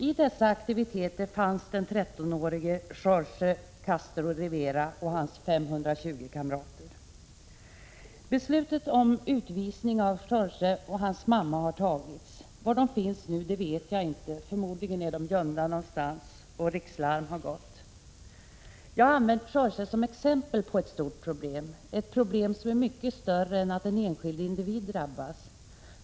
I dessa aktiviteter deltog den 13-årige Jorge Castro-Rivera och hans 520 kamrater. Beslut om utvisning av Jorge och hans mamma har fattats. Var de finns nu vet jag inte. Förmodligen är de gömda någonstans. Rikslarm har gått. Jag har använt fallet Jorge som exempel på ett stort problem, som är mycket större än att en enskild individ drabbas.